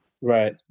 right